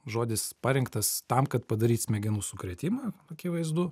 žodis parinktas tam kad padaryt smegenų sukrėtimą akivaizdu